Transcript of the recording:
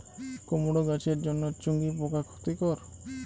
কুমড়ো গাছের জন্য চুঙ্গি পোকা ক্ষতিকর?